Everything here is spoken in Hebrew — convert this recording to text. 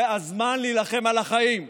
זה הזמן להילחם על החיים.